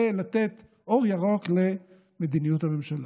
ולתת אור ירוק למדיניות הממשלה.